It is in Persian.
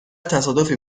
تصادفی